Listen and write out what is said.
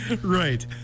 Right